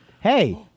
Hey